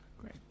Great